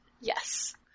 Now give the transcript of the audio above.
Yes